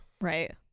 Right